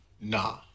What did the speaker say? Nah